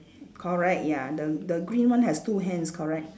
correct ya the the green one has two hands correct